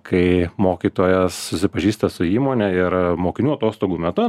kai mokytojas susipažįsta su įmone ir mokinių atostogų metu